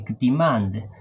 demand